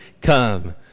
come